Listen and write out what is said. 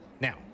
Now